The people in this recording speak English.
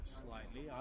slightly